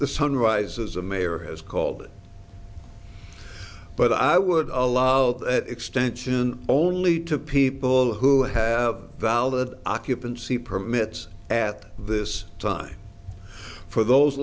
the sun rises a mayor has called it but i would all out that extension only to people who have valid occupancy permits at this time for those